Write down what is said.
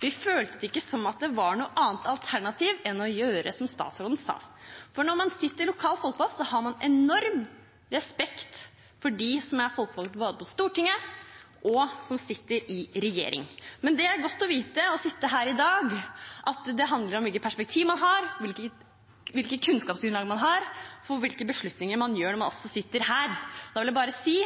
Vi følte det ikke som om det var noe annet alternativ enn å gjøre som statsråden sa. For når man sitter som lokalt folkevalgt, har man enorm respekt for dem som er folkevalgt på Stortinget, og dem som sitter i regjering. Men det er godt å sitte her i dag og vite at det handler om hvilke perspektiv man har, hvilket kunnskapsgrunnlag man har, og hvilke beslutninger man tar når man sitter her. Jeg vil bare si